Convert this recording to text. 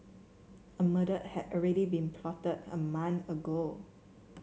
a murder had already been plotted a month ago